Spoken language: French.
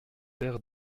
père